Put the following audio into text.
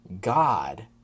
God